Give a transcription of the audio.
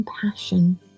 compassion